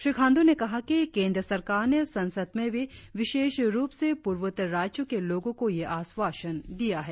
श्री खांडू ने कहा कि केंद्र सरकार ने संसद में भी विशेष रुप से पूर्वोत्तर राज्य्के लोगों को यह आश्वासन दिया है